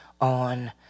on